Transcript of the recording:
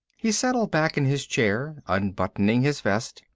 he settled back in his chair, unbuttoning his vest.